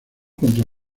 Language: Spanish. contra